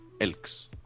elks